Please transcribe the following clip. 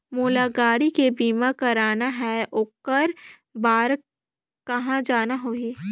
मोला गाड़ी के बीमा कराना हे ओकर बार कहा जाना होही?